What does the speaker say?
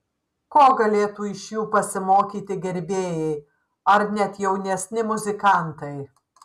ko iš jų galėtų pasimokyti gerbėjai ar net jaunesni muzikantai